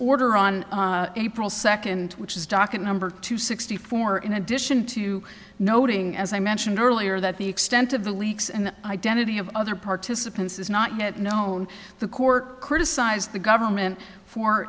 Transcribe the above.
order on april second which is docket number two sixty four in addition to noting as i mentioned earlier that the extent of the leaks and the identity of other participants is not yet known the court criticize the government for